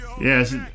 Yes